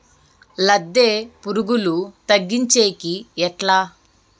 లద్దె పులుగులు తగ్గించేకి ఎట్లా?